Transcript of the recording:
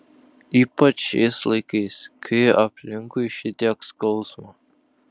ypač šiais laikais kai aplinkui šitiek skausmo